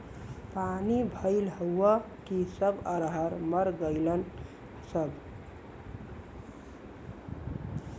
पानी भईल हउव कि सब अरहर मर गईलन सब